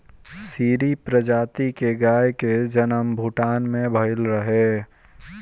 सीरी प्रजाति के गाई के जनम भूटान में भइल रहे